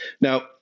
Now